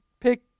pick